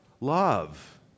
Love